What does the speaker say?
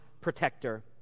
protector